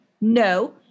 No